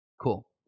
cool